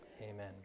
Amen